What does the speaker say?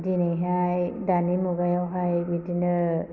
दिनैहाय दानि मुगायावहाय बिदिनो